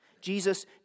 Jesus